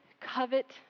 covet